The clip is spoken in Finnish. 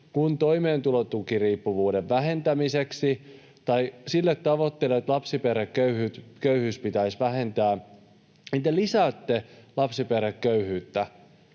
kuin toimeentulotukiriippuvuuden vähentämiseksi tai sille tavoitteelle, että lapsiperheköyhyyttä pitäisi vähentää — te lisäätte lapsiperheköyhyyttä.